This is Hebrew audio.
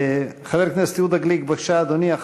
חבר הכנסת יהודה גליק, בבקשה, אדוני.